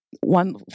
one